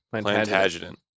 plantagenet